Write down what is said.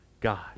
God